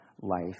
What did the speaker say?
life